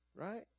Right